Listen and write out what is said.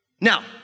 Now